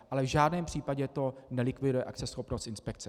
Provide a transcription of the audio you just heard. Ale v žádném případě to nelikviduje akceschopnost inspekce.